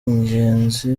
ingenzi